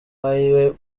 wiwe